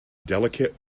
delicate